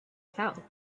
tell